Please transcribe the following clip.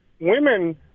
women